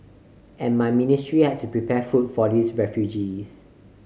and my ministry had to prepare food for these refugees